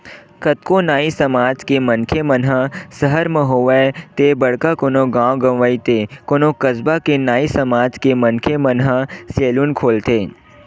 कतको नाई समाज के मनखे मन ह सहर म होवय ते बड़का कोनो गाँव गंवई ते कोनो कस्बा के नाई समाज के मनखे मन ह सैलून खोलथे